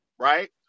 right